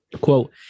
Quote